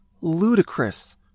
ludicrous